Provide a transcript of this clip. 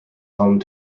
home